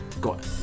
got